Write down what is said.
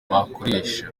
bakoresha